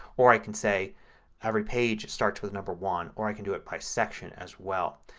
or i can say every page starts with number one or i can do it by section as well.